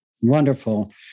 Wonderful